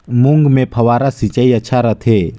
मूंग मे फव्वारा सिंचाई अच्छा रथे?